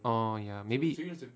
oh ya mayb~